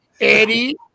Eddie